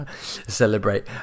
celebrate